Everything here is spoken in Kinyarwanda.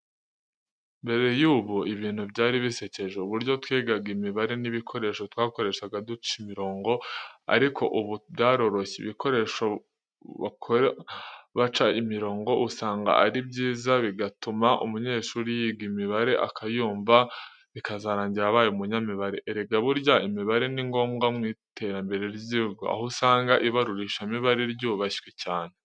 Mbere y'ubu ibintu byari bisekeje, uburyo twigaga imibare n'ibikoresho twakoreshaga duca imirongo. Ariko ubu byaroroshye ibikoresho bakora baca imirongo usanga ari byiza bigatuma umunyeshuri yiga imibare akayumva, bikazarangira abaye umunyamibare. Erega burya imibare ningombwa mu iterambere ry'igihugu. Aho usanga ibarurishamibare ry'ubashywe cyane.